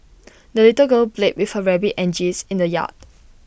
the little girl played with her rabbit and geese in the yard